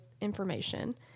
information